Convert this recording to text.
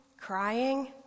crying